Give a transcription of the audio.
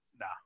Nah